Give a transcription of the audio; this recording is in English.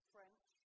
French